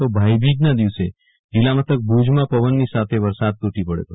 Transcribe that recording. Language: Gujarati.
તો ભાઈબીજના દિવસે જિલ્લા મથક ભુજમાં પવનની સાથે વરસાદ તુ ટી પડયો હતો